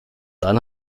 dann